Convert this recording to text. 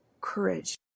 courage